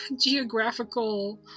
geographical